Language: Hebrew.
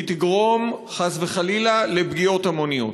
והיא תגרום חס וחלילה לפגיעות המוניות.